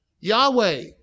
Yahweh